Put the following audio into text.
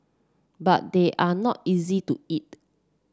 but they are not easy to eat